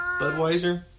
Budweiser